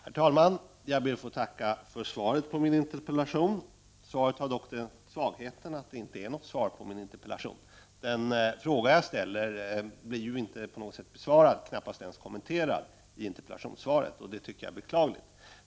Herr talman! Jag ber att få tacka för svaret på min interpellation. Svaret har dock svagheten att det inte är ett svar på min interpellation. Den fråga jag har ställt blir ju inte besvarad, knappast ens kommenterad i interpellationssvaret. Det tycker jag är beklagligt.